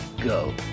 go